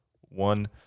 one